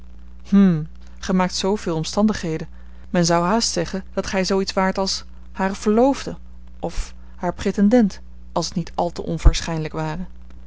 gij maakt zooveel omstandigheden men zou haast zeggen dat gij zoo iets waart als haar verloofde of haar pretendent als het niet al te onwaarschijnlijk ware